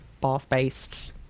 bath-based